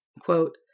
quote